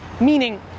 meaning